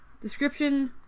Description